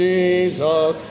Jesus